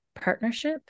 partnership